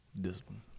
Discipline